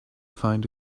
find